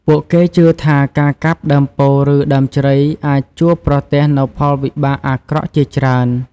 ពួកគេជឿថា ការកាប់ដើមពោធិ៍ឬដើមជ្រៃអាចជួបប្រទះនូវផលវិបាកអាក្រក់ជាច្រើន។